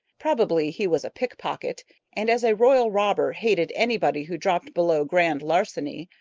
probably he was a pickpocket and as a royal robber hated anybody who dropped below grand larceny,